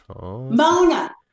Mona